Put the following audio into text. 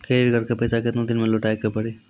Credit card के पैसा केतना दिन मे लौटाए के पड़ी?